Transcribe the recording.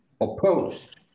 opposed